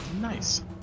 nice